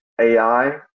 AI